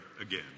again